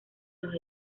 los